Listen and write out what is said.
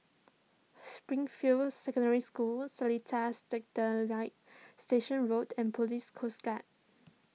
Springfield Secondary School Seletar Satellite Station Road and Police Coast Guard